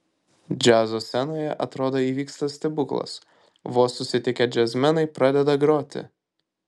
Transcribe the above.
džiazo scenoje atrodo įvyksta stebuklas vos susitikę džiazmenai pradeda groti